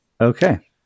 Okay